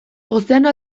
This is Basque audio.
ozeano